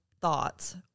thoughts